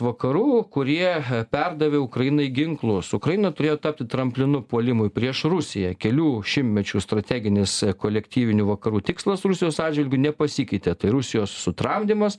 vakarų kurie perdavė ukrainai ginklus ukraina turėjo tapti tramplinu puolimui prieš rusiją kelių šimtmečių strateginis kolektyvinių vakarų tikslas rusijos atžvilgiu nepasikeitė tai rusijos sutramdymas